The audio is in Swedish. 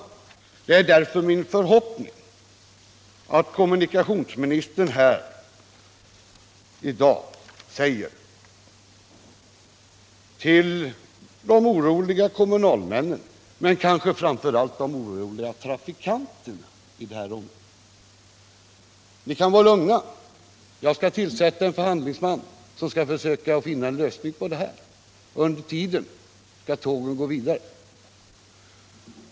Det är därför min förhoppning, herr talman, att kommunikationsministern i dag säger till de oroliga kommunalmännen men kanske framför allt till de olika trafikanterna i det här området: Ni kan vara lugna. Jag tillsätter en förhandlingsman som skall försöka finna en lösning, och under tiden skall tågen gå vidare.